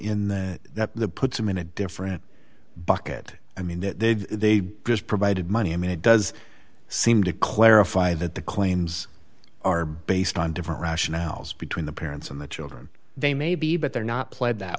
in the that puts him in a different bucket i mean that they've they just provided money i mean it does seem to clarify that the claims are based on different rationales between the parents and the children they may be but they're not played that